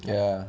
ya